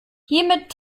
hiermit